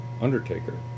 undertaker